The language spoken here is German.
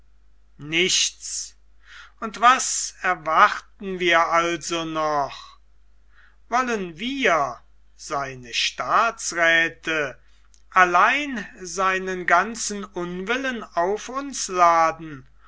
nichts und was erwarten wir also noch wollen wir seine staatsräthe allein seinen ganzen unwillen auf uns laden